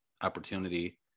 opportunity